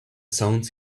sounds